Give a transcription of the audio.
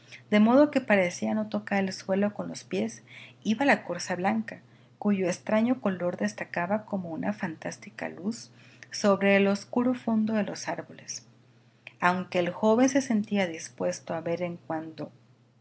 de modo que parecía no tocar el suelo con los pies iba la corza blanca cuyo extraño color destacaba como una fantástica luz sobre el oscuro fondo de los árboles aunque el joven se sentía dispuesto a ver en cuando